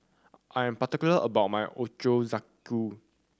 I am particular about my Ochazuke